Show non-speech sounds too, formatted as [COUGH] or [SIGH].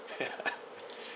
[LAUGHS]